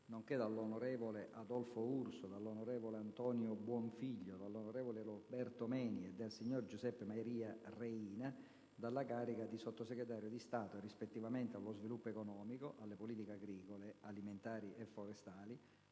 nonché dall'onorevole Adolfo Urso, dall'onorevole Antonio Buonfiglio, dall'onorevole Roberto Menia e dal signor Giuseppe Maria Reina dalla carica di Sottosegretario di Stato, rispettivamente, allo Sviluppo economico, alle Politiche agricole, alimentari e forestali,